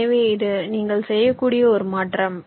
எனவே இது நீங்கள் செய்யக்கூடிய ஒரு மாற்றம்